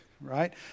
right